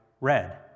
red